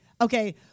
okay